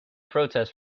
protests